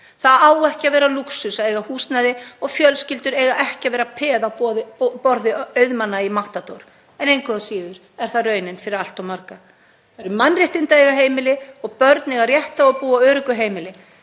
Það á ekki að vera lúxus að eiga húsnæði og fjölskyldur eiga ekki að vera peð á borði auðmanna í matador en engu að síður er það raunin fyrir allt of marga. Það eru mannréttindi að eiga heimili og börn eiga rétt á að búa í öruggu heimili.